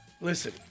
Listen